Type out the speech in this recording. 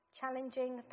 Challenging